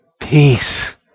Peace